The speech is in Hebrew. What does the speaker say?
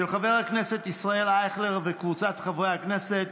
של חבר הכנסת ישראל אייכלר וקבוצת חברי הכנסת.